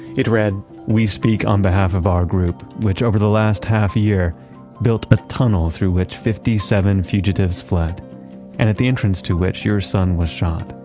it read we speak on behalf of our group, which over the last half year built a tunnel through which fifty seven fugitives fled and at the entrance to which your son was shot.